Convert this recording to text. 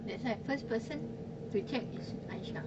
that's why first person to check is aisyah